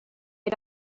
had